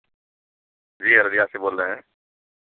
جی ہ اربیہ سے بول رہے ہیں